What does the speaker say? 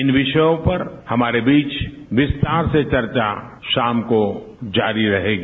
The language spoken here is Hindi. इन विषयों पर हमारे बीच विस्तार से चर्चा शाम को जारी रहेगी